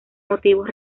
motivos